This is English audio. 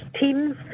teams